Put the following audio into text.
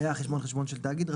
היה החשבון חשבון של תאגיד,